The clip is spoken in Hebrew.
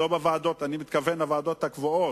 אני מתכוון לוועדות הקבועות,